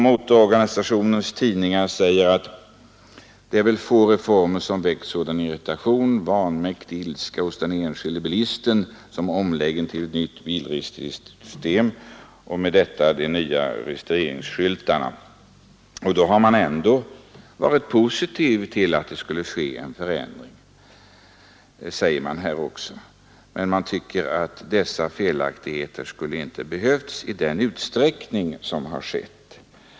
Motororganisationens tidning säger: ”Det är väl få reformer som väckt sådan irritation och vanmäktig ilska hos den enskilde bilisten som omläggningen till ett nytt bilregister och med detta de nya registreringsskyltarna.” Då har man ändå varit positivt inställd till att det skulle ske en förändring, men man tycker att dessa felaktigheter inte skulle ha behövt förekomma i den utsträckning som har skett.